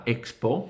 Expo